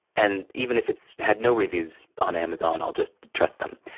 and, even if it's had no reviews on amazon, i'll just trust them.